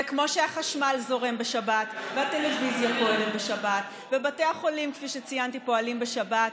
וכמו שהחשמל זורם בשבת והטלוויזיה פועלת בשבת ובתי החולים פועלים בשבת,